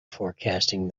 forecasting